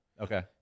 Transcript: Okay